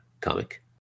comic